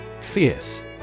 Fierce